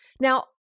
Now